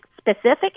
specific